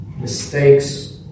mistakes